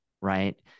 right